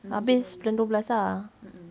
habis bulan dua belas ah